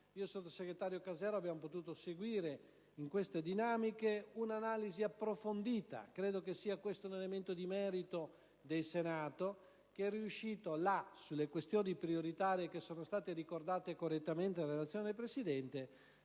il sottosegretario Casero abbiamo potuto evidenziare in queste dinamiche un'analisi approfondita. Credo sia questo un elemento di merito del Senato, che è riuscito sulle questioni prioritarie, ricordate correttamente nella relazione del presidente